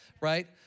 right